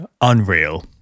unreal